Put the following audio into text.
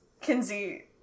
Kinsey